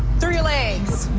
through your legs!